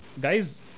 guys